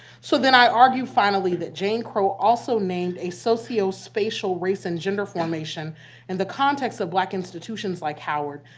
so then i argue finally, that jane crow also named a sociospatial race and gender formation in the context of black institutions, like howard,